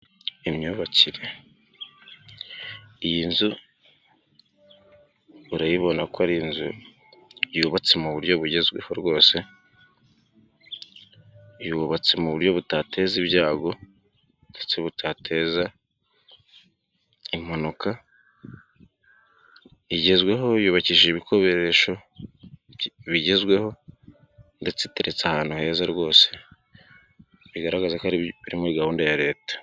Imyubakire, iyi nzu urayibona ko ari inzu yubatse mu buryo bugezweho, yubatse buteza ibyago ndetse buteza impanuka, igezweho yubaki ibikoresho bigezweho ndetse iteretse ahantu heza rwose bigaragaza ko biri muri gahunda ya Leta.